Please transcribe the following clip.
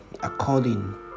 according